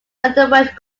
underwent